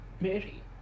Mary